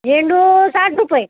झेंडू साठ रुपये